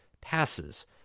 passes